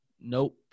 nope